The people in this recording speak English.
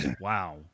Wow